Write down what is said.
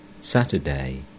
Saturday